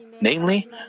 Namely